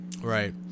Right